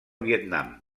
vietnam